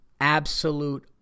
absolute